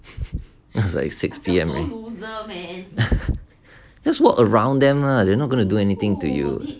that was like six P_M man just walk around them lah they are not gonna do anything to you